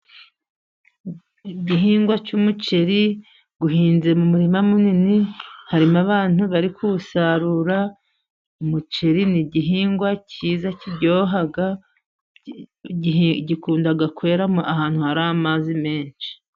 Igihingwa cy'umuceri uhinze mu murima munini, harimo abantu bari kuwusarura umuceri ni igihingwa cyiza kiryoha, gikunda kwera ahantu hari amazi menshi.